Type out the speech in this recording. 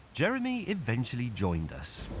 jeremy eventually joined us.